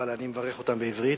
אבל אני מברך אותם בעברית.